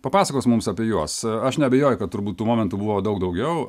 papasakos mums apie juos aš neabejoju kad turbūt tų momentų buvo daug daugiau